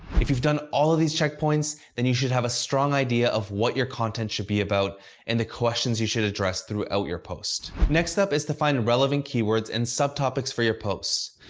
if you've done all of these checkpoints, then you should have a strong idea of what your content should be about and the questions you should address throughout your post. next up is to find relevant keywords and subtopics for your post.